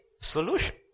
solution